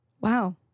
Wow